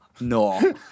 no